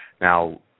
Now